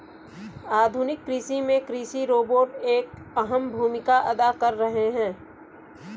आधुनिक कृषि में कृषि रोबोट एक अहम भूमिका अदा कर रहे हैं